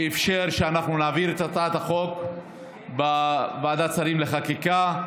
שאפשר שנעביר את הצעת החוק בוועדת שרים לחקיקה.